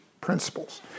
principles